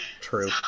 True